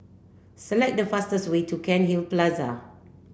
select the fastest way to Cairnhill Plaza